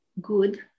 good